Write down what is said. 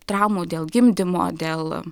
traumų dėl gimdymo dėl